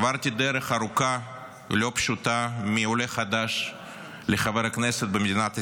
עברתי דרך ארוכה ולא פשוטה מעולה חדש לחבר כנסת במדינת ישראל.